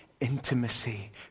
intimacy